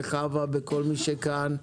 בחוה ובכל מי שנמצא כאן,